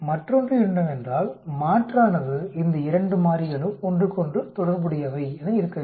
மற்றொன்று என்னவென்றால் மாற்றானது இந்த இரண்டு மாறிகளும் ஒன்றுக்கொன்று தொடர்புடையவை என இருக்க வேண்டும்